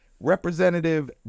Representative